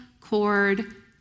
cord